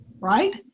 right